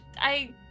I-